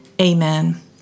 Amen